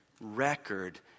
record